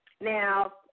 Now